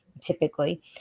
typically